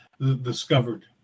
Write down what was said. discovered